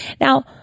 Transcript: Now